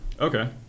Okay